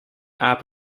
aap